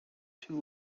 too